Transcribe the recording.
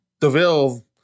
DeVille